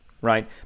right